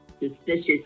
suspicious